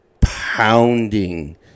Pounding